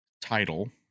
title